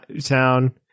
town